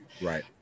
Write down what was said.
Right